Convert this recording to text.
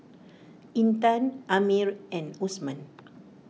Intan Ammir and Osman